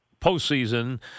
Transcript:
postseason—